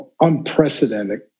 unprecedented